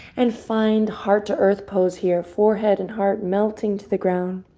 and find heart to earth pose here. forehead and heart melting to the ground.